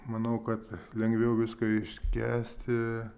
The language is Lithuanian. manau kad lengviau viską iškęsti